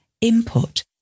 input